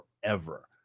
forever